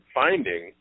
finding